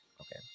Okay